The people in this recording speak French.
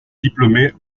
diplômée